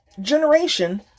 generation